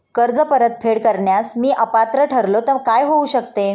कर्ज परतफेड करण्यास मी अपात्र ठरलो तर काय होऊ शकते?